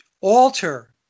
alter